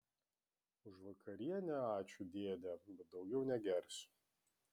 už vakarienę ačiū dėde bet daugiau negersiu